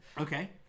Okay